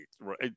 right